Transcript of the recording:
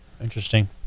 Interesting